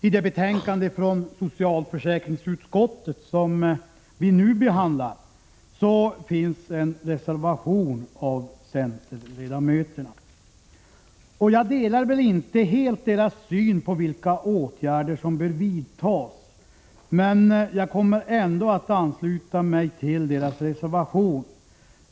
I det betänkande från socialförsäkringsutskottet som vi nu behandlar finns en reservation av centerledamöterna. Jag delar väl inte helt deras syn på vilka åtgärder som bör vidtas, men jag kommer ändå att ansluta mig till deras reservation.